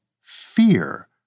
fear